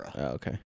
Okay